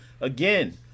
again